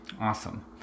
Awesome